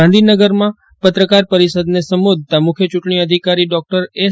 ગાંધીનગરમાં પત્રકાર પરિષદને સંબોધતાં મુખ્ય ચૂંટજી અધિકારી ડોક્ટર એસ